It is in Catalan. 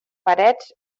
parets